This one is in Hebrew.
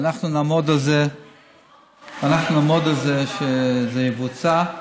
ואנחנו נעמוד על זה שזה יבוצע.